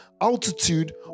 altitude